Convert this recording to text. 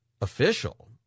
official